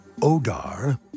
ODAR